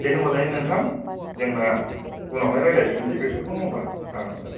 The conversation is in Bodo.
दे होमबालाय नोंथां जोंना उनावहाय रायज्लायफिननोसै बेफोरखौ नङाहोमबा औ दे